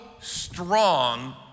strong